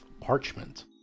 parchment